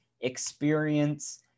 experience